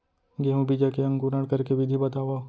गेहूँ बीजा के अंकुरण करे के विधि बतावव?